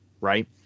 right